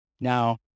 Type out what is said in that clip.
Now